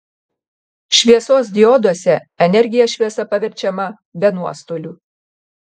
šviesos dioduose energija šviesa paverčiama be nuostolių